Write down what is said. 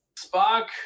Spock